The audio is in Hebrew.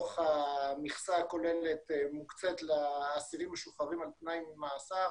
מתוך המכסה הכוללת מוקצית לאסירים המשוחררים על תנאי ממאסר,